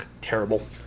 terrible